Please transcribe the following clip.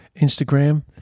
Instagram